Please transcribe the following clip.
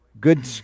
good